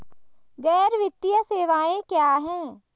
गैर वित्तीय सेवाएं क्या हैं?